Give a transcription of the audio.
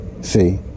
See